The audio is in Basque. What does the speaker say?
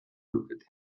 lukete